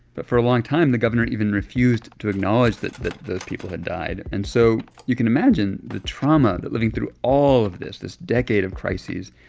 but for a long time, the governor even refused to acknowledge that that those people had died, and so you can imagine the trauma that living through all of this, this decade of crises,